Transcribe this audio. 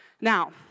Now